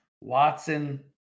Watson